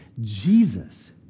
Jesus